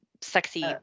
sexy